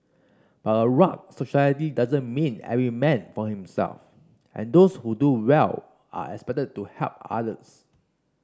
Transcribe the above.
but a rugged society doesn't mean every man for himself and those who do well are expected to help others